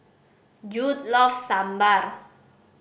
Jude loves Sambar